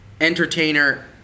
entertainer